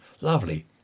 Lovely